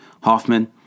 Hoffman